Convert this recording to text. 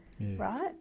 right